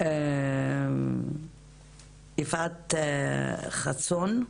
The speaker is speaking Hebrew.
אז יפעת חסון,